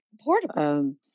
portable